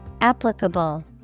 Applicable